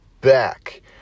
back